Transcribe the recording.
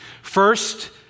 First